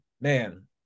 man